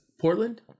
Portland